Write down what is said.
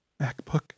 MacBook